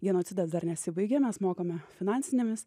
genocidas dar nesibaigė mes mokame finansinėmis